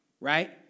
right